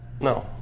No